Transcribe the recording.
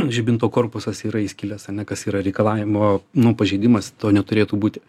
žibinto korpusas yra įskilęs ane kas yra reikalavimo nu pažeidimas to neturėtų būti